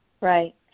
Right